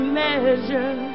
measure